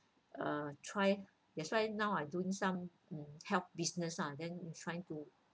uh try that's why now I doing some help business ah then trying to